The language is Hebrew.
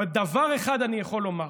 דבר אחד אני יכול לומר: